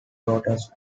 daughters